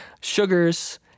sugars